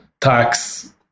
tax